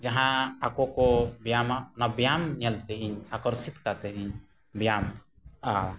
ᱡᱟᱦᱟᱸ ᱟᱠᱚ ᱠᱚ ᱵᱮᱭᱟᱢᱟ ᱚᱱᱟ ᱵᱮᱭᱟᱢ ᱧᱮᱞᱛᱮ ᱤᱧ ᱟᱠᱚᱨᱥᱤᱛ ᱠᱟᱛᱮ ᱤᱧ ᱵᱮᱭᱟᱢᱼᱟ